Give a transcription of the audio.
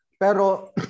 Pero